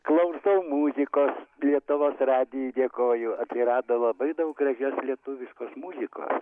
klausau muzikos lietuvos radijui dėkoju atsirado labai daug gražios lietuviškos muzikos